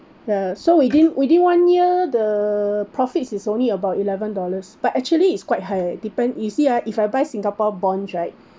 ya so within within one year the profits is only about eleven dollars but actually is quite high leh depend you see ah if I buy singapore bonds right